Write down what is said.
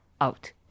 out